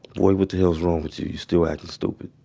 boy, what the hell's wrong with you, you still acting stupid.